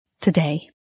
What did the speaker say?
today